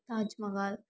Taj Mahal